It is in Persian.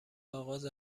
آغاز